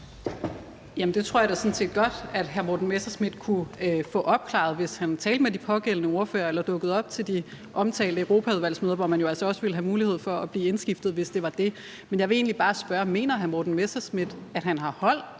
Det tror jeg da sådan set godt hr. Morten Messerschmidt kunne få opklaret, hvis han talte med de pågældende ordførere eller dukkede op til de omtalte europaudvalgsmøder, hvor man jo altså også ville have mulighed for at blive indskiftet, hvis det var det. Men jeg vil egentlig bare spørge: Mener hr. Morten Messerschmidt, at han har hold